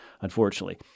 unfortunately